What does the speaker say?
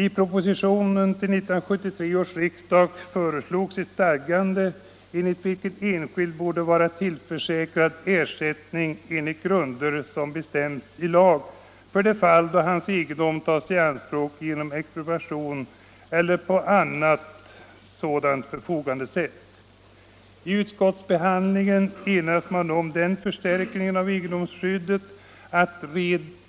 I proposition till 1973 års riksdag föreslogs ett stadgande, enligt vilket enskild borde vara tillförsäkrad ersättning enligt grunder som bestäms i lag för det fall att hans egendom tas i anspråk genom expropriation eller genom annat sådant förfogande. I utskottsbehandlingen enades man om den förstärkningen av egendomsskyddet att